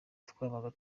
twabaga